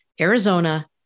Arizona